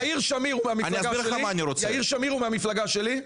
יאיר שמיר הוא מהמפלגה שלי.